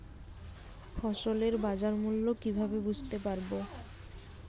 ফসলের বাজার মূল্য কিভাবে বুঝতে পারব?